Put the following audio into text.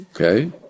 Okay